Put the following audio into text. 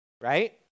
right